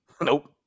Nope